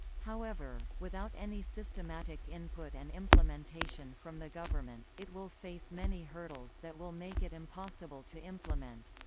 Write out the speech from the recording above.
however, without any systematic input and implementation from the government, it will face many hurdles that will make it impossible to implement.